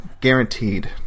guaranteed